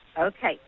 okay